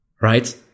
right